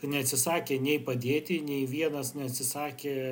neatsisakė nei padėti nei vienas neatsisakė